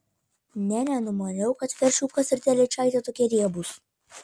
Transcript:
nė nenumaniau kad veršiukas ir telyčaitė tokie riebūs